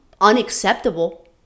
unacceptable